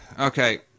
Okay